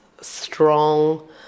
strong